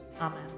Amen